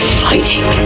fighting